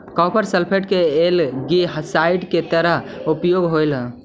copper sulphate के algicide के तरह उपयोग होवऽ हई